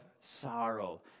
sorrow